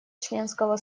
членского